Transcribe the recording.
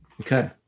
Okay